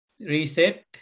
reset